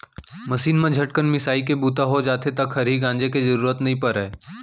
machine म झटकन मिंसाइ के बूता हो जाथे त खरही गांजे के जरूरते नइ परय